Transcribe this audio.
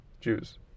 Jews